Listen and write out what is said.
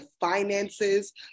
finances